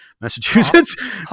Massachusetts